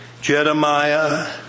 Jeremiah